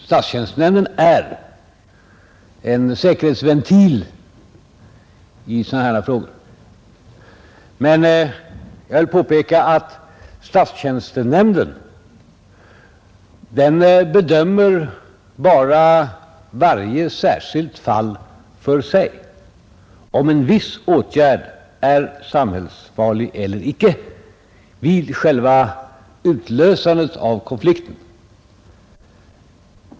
Statstjänstenämnden är en säkerhetsventil i sådana här frågor, men jag vill påpeka att nämnden bedömer i varje särskilt fall för sig, om en viss åtgärd är samhällsfarlig eller icke vid själva utlösandet av konflikten.